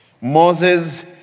Moses